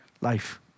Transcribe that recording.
life